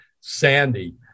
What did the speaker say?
Sandy